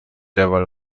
derweil